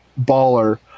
baller